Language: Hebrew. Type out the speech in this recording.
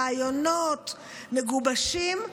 רעיונות מגובשים,